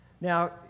Now